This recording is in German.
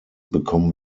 bekommen